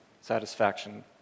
satisfaction